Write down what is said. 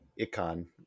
icon